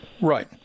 Right